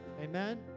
Amen